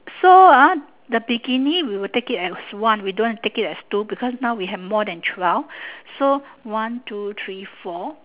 so ah the bikini we will take it as one we don't want take it as two because now we have more than twelve so one two three four